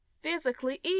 physically